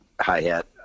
hi-hat